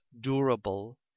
durable